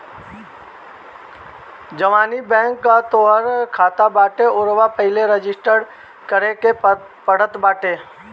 जवनी बैंक कअ तोहार खाता बाटे उहवा पहिले रजिस्टर करे के पड़त बाटे